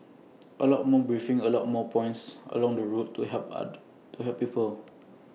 A lot more briefings A lot more points along the route to help to help people